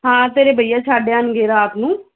ਹਾਂ ਤੇਰੇ ਬਈਆ ਛੱਡ ਆਣਗੇ ਰਾਤ ਨੂੰ